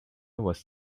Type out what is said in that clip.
was